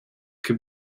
can